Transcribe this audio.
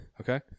Okay